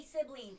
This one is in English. sibling